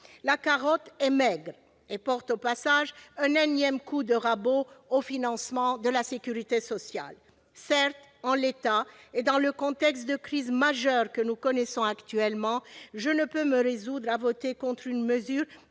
La carotte est maigre et l'on porte au passage un énième coup de rabot au financement de la sécurité sociale. Certes, dans le contexte de crise majeure que nous connaissons, je ne peux me résoudre à voter contre une mesure